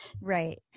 Right